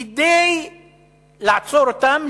כדי לעצור אותן,